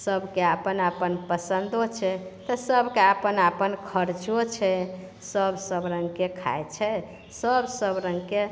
सबके आपन आपन पसन्दो छै तऽ सबके आपन आपन खर्चो छै सब सब रङ्गके खाइत छै सब सब रङ्गके